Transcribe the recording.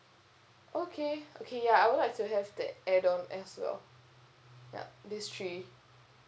okay okay ya I would like to have that add on as well ya these three